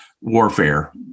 warfare